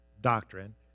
doctrine